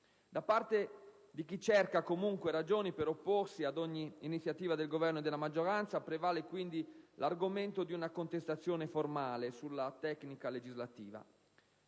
Da parte di chi cerca comunque ragioni per opporsi ad ogni iniziativa del Governo e della maggioranza prevale, quindi, l'argomento di una contestazione formale sulla tecnica legislativa.